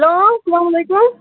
hello سلام علیکُم